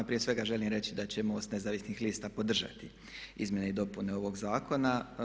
Prije svega želim reći da će MOST Nezavisnih lista podržati Izmjene i dopune ovog Zakona.